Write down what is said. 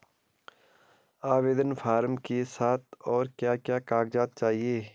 आवेदन फार्म के साथ और क्या क्या कागज़ात चाहिए?